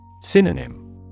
Synonym